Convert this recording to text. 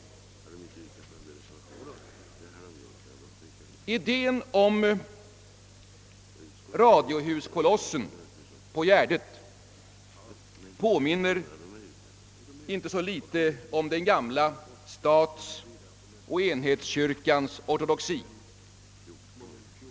Idén om radiohuskolossen på Gärdet påminner inte så litet om den gamla statsoch enhetskyrkans ortodoxi.